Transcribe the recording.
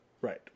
Right